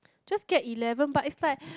just get eleven but it's like